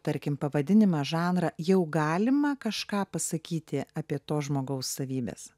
tarkim pavadinimą žanrą jau galima kažką pasakyti apie to žmogaus savybes